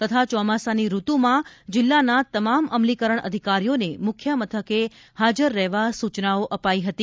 તથા ચોમાસાની ઋતુમાં જિલ્લાના તમામ અમલીકરણ અધિકારીઓને મુખ્ય મથકે હાજર રહેવા સુચનાઓ અપાઈ હતી